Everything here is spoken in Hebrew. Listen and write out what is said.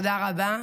תודה רבה.